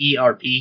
ERP